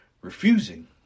refusing